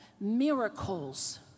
miracles